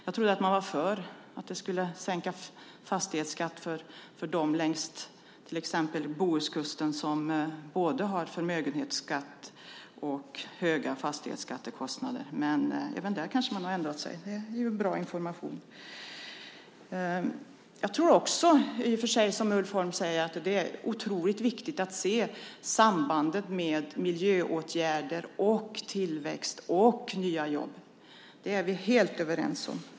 Jag trodde att de var för sänkt fastighetsskatt för dem som bor till exempel på Bohuskusten och har både förmögenhetsskatt och höga fastighetsskattekostnader. Men även där har de kanske ändrat sig. Det är bra att få den informationen. Också jag tror, precis som Ulf Holm, att det är oerhört viktigt att se sambandet mellan miljöåtgärder, tillväxt och nya jobb. Det är vi helt överens om.